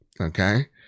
Okay